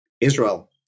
Israel